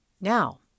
Now